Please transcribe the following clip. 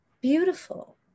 beautiful